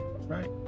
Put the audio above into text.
Right